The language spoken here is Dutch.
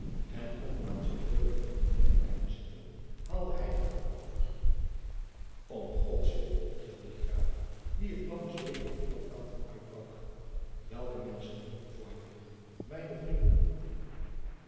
en om aan zijne woorden nog meer klem bij te zetten haalde hij den haan over om gods wil gilde de graaf wien het klamme zweet aan alle kanten uitbrak welke menschen feurich mijne vrienden